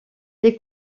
les